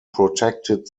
protected